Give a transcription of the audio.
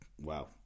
wow